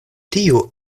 tiu